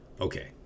Okay